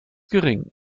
gering